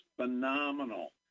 phenomenal